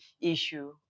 issue